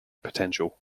potential